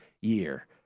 year